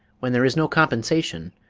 when there is no compensation,